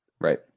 right